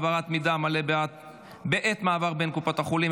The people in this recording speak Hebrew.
העברת מידע מלא בעת מעבר בין קופות החולים),